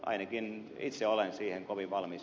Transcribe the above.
ainakin itse olen siihen kovin valmis